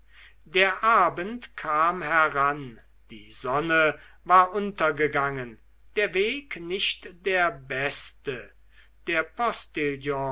der abend kam heran die sonne war untergegangen der weg nicht der beste der